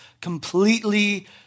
completely